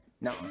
No